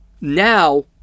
now